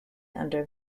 under